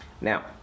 Now